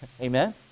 Amen